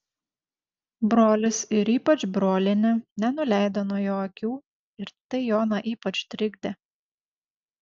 brolis ir ypač brolienė nenuleido nuo jo akių ir tai joną ypač trikdė